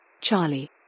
Charlie